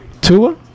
Tua